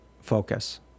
focus